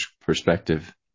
perspective